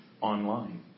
online